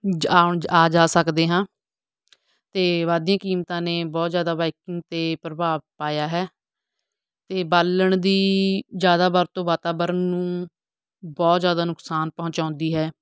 ਜ ਆਉਣ ਜ ਆ ਜਾ ਸਕਦੇ ਹਾਂ ਅਤੇ ਵੱਧਦੀਆਂ ਕੀਮਤਾਂ ਨੇ ਬਹੁਤ ਜ਼ਿਆਦਾ ਬਾਈਕਿੰਗ 'ਤੇ ਪ੍ਰਭਾਵ ਪਾਇਆ ਹੈ ਅਤੇ ਬਾਲਣ ਦੀ ਜ਼ਿਆਦਾ ਵਰਤੋਂ ਵਾਤਾਵਰਨ ਨੂੰ ਬਹੁਤ ਜ਼ਿਆਦਾ ਨੁਕਸਾਨ ਪਹੁੰਚਾਉਂਦੀ ਹੈ